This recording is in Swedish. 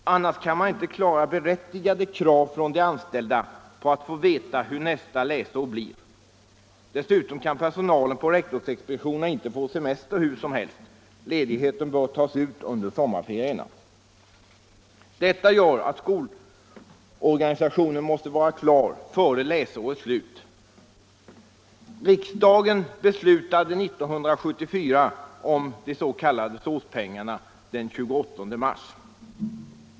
Annars kan man inte klara berättigade krav från de anställda att få veta hur nästa läsår blir. Dessutom kan personalen på rektorsexpeditionerna inte få semester hur som helst. Ledigheten bör tas ut under sommarferierna. Detta gör att skolorganisationen måste vara klar före läsårets slut. Riksdagen beslutade år 1974 om de s.k. SÅS pengarna den 28 mars.